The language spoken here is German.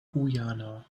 guyana